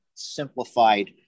Simplified